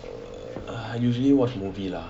err usually watch movie lah